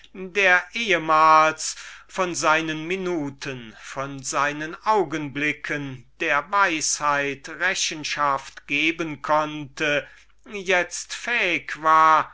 der ehmals von seinen minuten von seinen augenblicken der weisheit rechenschaft geben konnte itzt fähig war